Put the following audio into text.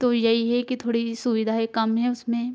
तो यही है कि थोड़ी सुविधाएँ कम हैं उसमें